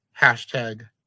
hashtag